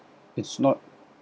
it's not